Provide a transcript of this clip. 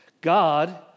God